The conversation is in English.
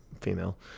female